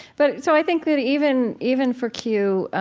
but so i think that even even for q,